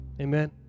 amen